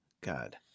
god